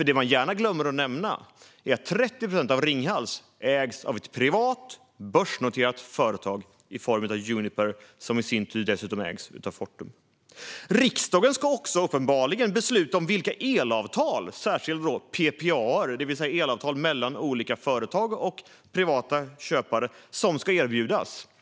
även om man gärna glömmer att nämna att 30 procent av Ringhals ägs av ett privat, börsnoterat företag i form av Juniper, som i sin tur ägs av Fortum. Riksdagen ska uppenbarligen också besluta om vilka elavtal som ska erbjudas. Det gäller särskilt PPA:er, det vill säga elavtal mellan olika företag och privata köpare.